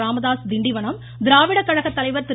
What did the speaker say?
ராமதாஸ் திண்டிவனம் திராவிட கழக தலைவர் திரு